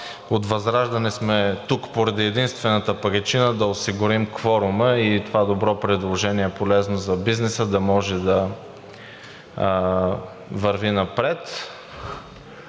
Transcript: от ВЪЗРАЖДАНЕ сме тук поради единствената причина да осигурим кворума и това добро предложение, полезно за бизнеса, да може да върви напред.